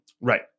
Right